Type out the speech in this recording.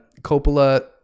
Coppola